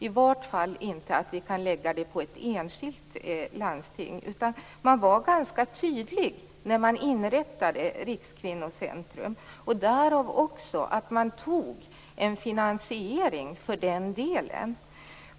I vart fall kan vi inte lägga det på ett enskilt landsting. Man var ganska tydlig när man inrättade Rikskvinnocentrum. Därav också att man antog en finansiering för den delen.